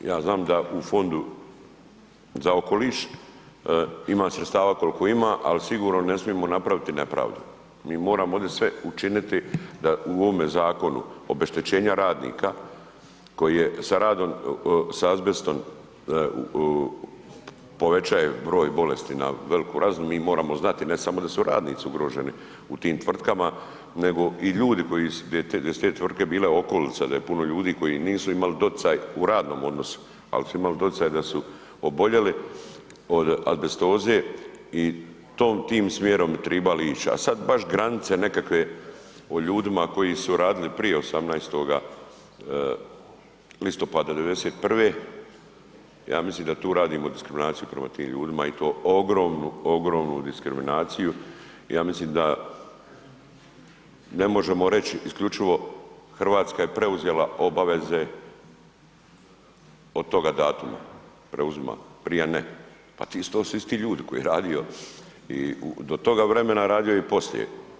Ja znam da u Fondu za okoliš ima sredstava koliko ima ali sigurno ne smijemo napraviti nepravdu, mi moramo ovdje sve učiniti da u ovom zakonu obeštećenja radnika koji je sa radom sa azbestom, povećao broj bolesti na veliku razini, mi moramo znati ne samo da su radnici ugroženi u tim tvrtkama nego i ljudi koji gdje su te tvrtke bile okolica, da je puno ljudi koji imali doticaj u radnom odnosu ali su imali doticaj da su oboljeli od azbestoze i tim smjerom bi trebali ić a sad baš granice nekakve o ljudima koji su radili prije 8. listopada 1991., ja mislim da tu radimo diskriminaciju prema tim ljudima i to ogromnu, ogromnu diskriminaciju, ja mislim da ne možemo reći isključivo Hrvatska je preuzela obaveze od toga datuma preuzima, prije ne, pa to su isti ljudi koji je radio i do toga vremena radio je i poslije.